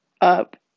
up